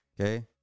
Okay